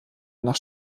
nach